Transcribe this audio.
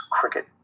Cricket